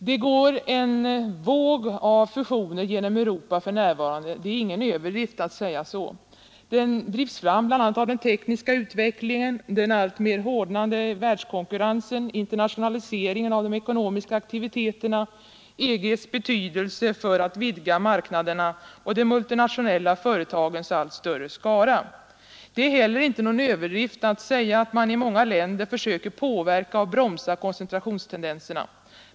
Det går en våg av fusioner genom Europa för närvarande; det är ingen överdrift att säga så. Den drivs fram bl.a. av den tekniska utvecklingen, den alltmer hårdnande världskonkurrensen, internationaliseringen av de ekonomiska aktiviteterna, EG:s betydelse för att vidga marknaderna och de multinationella företagens allt större skara. Det är heller inte någon överdrift att säga att man i många länder försöker påverka och bromsa koncentrationstendenserna.